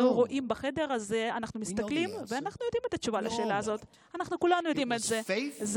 כשאנחנו מסתכלים סביב באולם הזה אנחנו יודעים